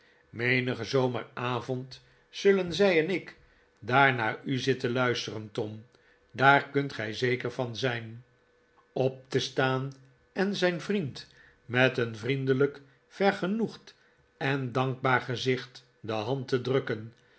menigen zomeravond zullen zij en ik daar naar u zitten luisterfen xom daar kunt gij zeker van zijn op te staan eh zijn vriend met een vriendelijk vergenoegd en dankbaar gezicht de hand te drukken